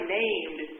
named